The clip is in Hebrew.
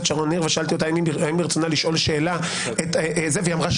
שרון ניר ושאלתי אותה האם ברצונה לשאול שאלה את גיל